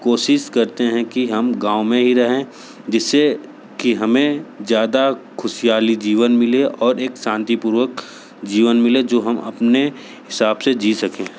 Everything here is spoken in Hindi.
कोशिश करते हैं कि हम गाँव में ही रहे जिससे कि हमें ज़्यादा खुशहाली जीवन मिले और एक शांतिपूर्वक जीवन मिले जो हम अपने हिसाब से जी सकें